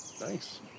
Nice